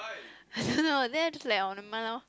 I don't know then I just like oh never mind loh